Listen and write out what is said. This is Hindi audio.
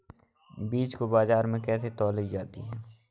बीज को बाजार में कैसे तौली जाती है?